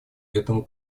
этому